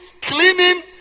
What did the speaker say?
cleaning